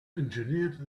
engineered